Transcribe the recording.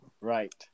right